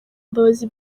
imbabazi